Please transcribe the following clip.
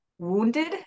wounded